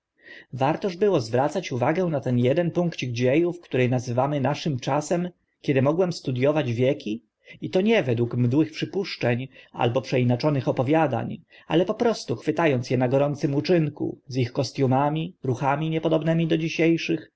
wartoż było zwracać uwagę na ten eden punkcik dzie ów który nazywamy naszym czasem kiedy mogłem studiować wieki i to nie według mdłych przypuszczeń albo przeinaczonych opowiadań ale po prostu chwyta ąc e na gorącym uczynku z ich kostiumami ruchami niepodobnymi do dzisie